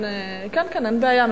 אין בעיה.